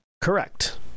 Correct